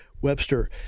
Webster